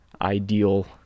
ideal